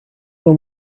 one